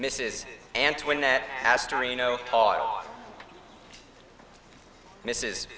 mrs antoinette asked are you know caught mrs